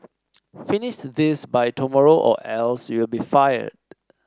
finish this by tomorrow or else you'll be fired